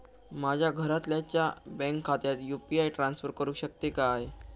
माझ्या घरातल्याच्या बँक खात्यात यू.पी.आय ट्रान्स्फर करुक शकतय काय?